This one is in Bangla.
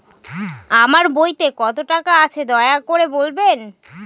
আমার বইতে কত টাকা আছে দয়া করে বলবেন?